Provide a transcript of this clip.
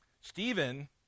Stephen